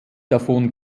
davon